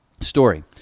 story